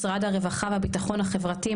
משרד הרווחה והביטחון החברתי,